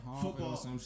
Football